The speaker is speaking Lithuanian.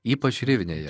ypač rivnėje